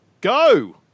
go